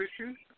issues